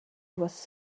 was